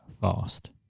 fast